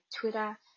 Twitter